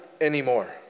anymore